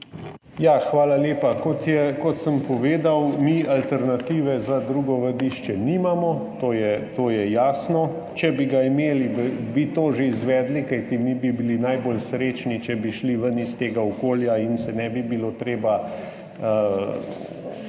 Hvala lepa. Kot sem povedal, mi alternative za drugo vadišče nimamo. To je jasno. Če bi jo imeli, bi to že izvedli, kajti mi bi bili najbolj srečni, če bi šli ven iz tega okolja in se ne bi bilo treba